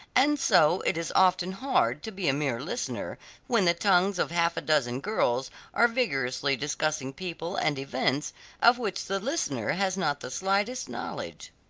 and so it is often hard to be a mere listener when the tongues of half a dozen girls are vigorously discussing people and events of which the listener has not the slightest knowledge.